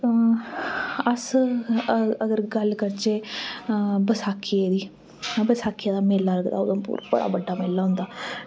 अस अगर गल्ल करचै बैसाखियै दी बैसाखी दा मेला लगदा उधमपुर बड़ा बड्डा मेला लगदा